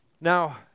Now